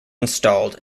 installed